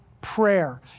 prayer